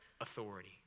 authority